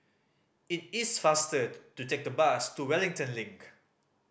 it is faster to take the bus to Wellington Link